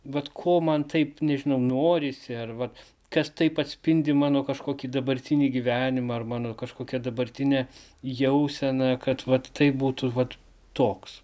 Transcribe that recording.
vat ko man taip nežinau norisi ar vat kas taip atspindi mano kažkokį dabartinį gyvenimą ar mano kažkokią dabartinę jauseną kad vat taip būtų vat toks